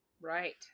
Right